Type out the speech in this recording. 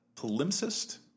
palimpsest